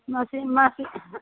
machine machine हाँ